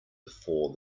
before